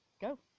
Go